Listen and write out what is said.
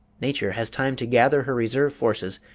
nature has time to gather her reserve forces,